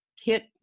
hit